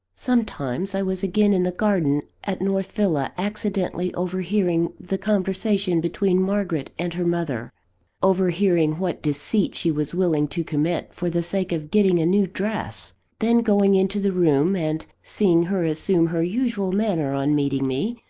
sometimes, i was again in the garden at north villa accidentally overhearing the conversation between margaret and her mother overhearing what deceit she was willing to commit, for the sake of getting a new dress then going into the room, and seeing her assume her usual manner on meeting me,